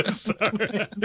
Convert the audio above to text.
Sorry